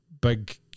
big